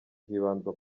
hibandwa